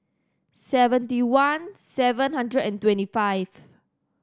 seventy one seven hundred and twenty five